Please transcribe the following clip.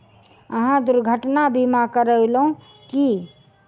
अहाँ दुर्घटना बीमा करेलौं की?